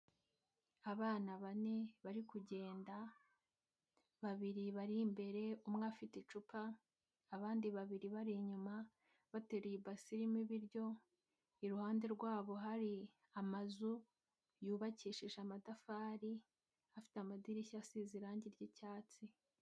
Abana bane bari kugenda, babiri bari imbere umwe afite icupa, abandi babiri bari inyuma, bateruye ibase irimo ibiryo, iruhande rwabo hari amazu, yubakishije amatafari, afite amadirishya asize irangi ry'icyatsi.